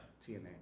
TNA